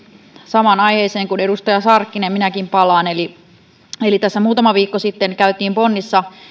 samaan aiheeseen kuin edustaja sarkkinen minäkin palaan tässä muutama viikko sitten käytiin bonnissa